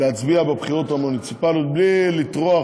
להצביע בבחירות המוניציפליות בלי לטרוח